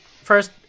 first